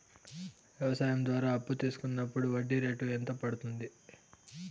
వ్యవసాయం ద్వారా అప్పు తీసుకున్నప్పుడు వడ్డీ రేటు ఎంత పడ్తుంది